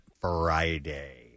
Friday